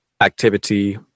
activity